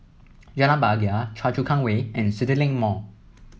Jalan Bahagia Choa Chu Kang Way and CityLink Mall